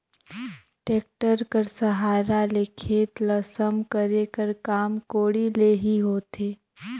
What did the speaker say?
tractor कर सहारा ले खेत ल सम करे कर काम कोड़ी ले ही होथे